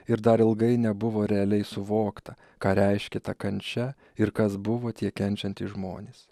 ir dar ilgai nebuvo realiai suvokta ką reiškia ta kančia ir kas buvo tie kenčiantys žmonės